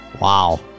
Wow